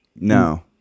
no